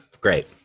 Great